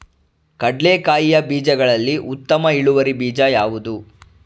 ಕಡ್ಲೆಕಾಯಿಯ ಬೀಜಗಳಲ್ಲಿ ಉತ್ತಮ ಇಳುವರಿ ಬೀಜ ಯಾವುದು?